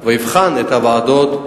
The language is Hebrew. ויבחן את הוועדות,